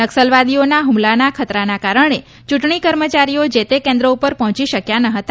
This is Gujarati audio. નક્સલવાદીઓના હુમલાના ખતરાના કારણે ચૂંટણી કર્મચારીઓ જે તે કેન્દ્રો પર પહોંચી શક્યા ન હતા